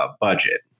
budget